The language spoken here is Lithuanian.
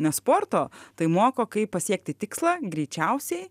ne sporto tai moko kaip pasiekti tikslą greičiausiai